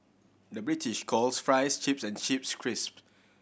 the British calls fries chips and chips crisp